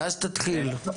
ואז תתחיל.